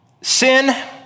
Sin